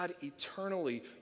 eternally